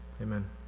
amen